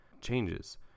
changes